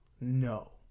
no